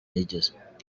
yigeze